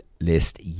list